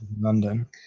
London